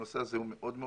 הנושא הזה חשוב מאוד.